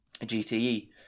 gte